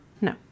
no